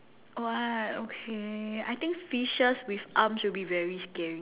what okay I think fishes with arms will be very scary